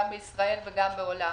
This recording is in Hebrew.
גם בישראל וגם במחקר.